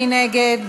מי נגד?